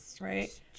right